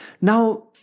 Now